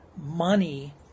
money